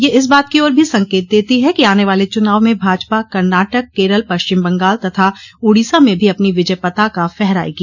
यह इस बात की ओर भी संकेत देती है कि आने वाले चुनाव में भाजपा कर्नाटक केरल पश्चिमी बंगाल तथा उड़ीसा में भी अपना विजय पताका फहरायेगी